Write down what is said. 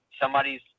somebody's